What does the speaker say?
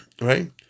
Right